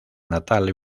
natal